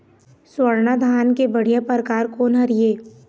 स्वर्णा धान के बढ़िया परकार कोन हर ये?